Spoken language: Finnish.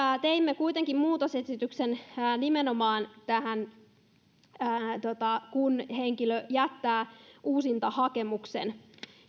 teimme kuitenkin muutosesityksen nimenomaan tähän kun henkilö jättää uusintahakemuksen